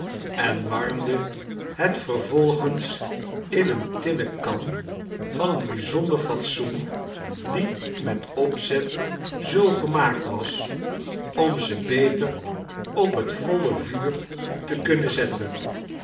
en warmde het vervolgens in eene tirmen kan van een bijzonder fatsoen die met opzet zoo gemaakt was om ze beter op het voile vuur te kunnen zetten